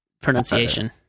pronunciation